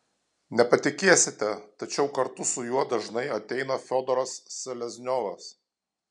nepatikėsite tačiau kartu su juo dažnai ateina fiodoras selezniovas